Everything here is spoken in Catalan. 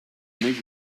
més